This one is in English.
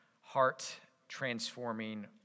heart-transforming